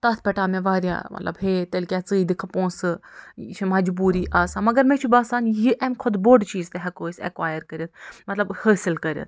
تَتھ پٮ۪ٹھ آو مےٚ واریاہ مطلب ہے تیٚلہِ کیٛاہ ژٕے دِکھہٕ پوٚنسہٕ یہِ چھِ مَجبوٗری آسان مَگر مےٚ چھُ باسان یہِ اَمہِ کھوتہٕ بوٚڑ چیٖز تہِ ہیٚکوٚو أسۍ ایٚکۄیَر تہِ کٔرِتھ مطلب حٲصِل کٔرِتھ